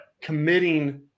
committing